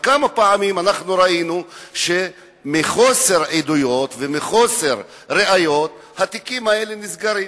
וכמה פעמים ראינו שמחוסר עדויות ומחוסר ראיות התיקים האלה נסגרים,